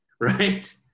right